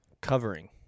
Covering